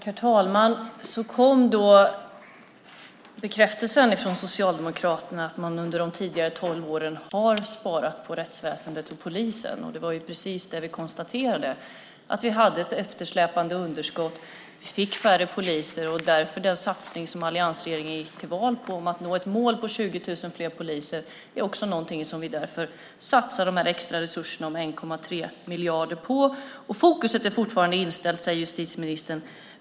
Herr talman! Så kom då bekräftelsen från Socialdemokraterna att man under de tidigare tolv åren har sparat på rättsväsendet och polisen. Det var precis det vi konstaterade, nämligen att vi hade ett eftersläpande underskott och att vi fick färre poliser. Alliansen gick till val på att nå ett mål på 20 000 poliser. Därför satsar vi 1,3 miljarder i extra resurser på det. Fokus är fortfarande inställt på det, säger justitieministern.